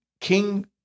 King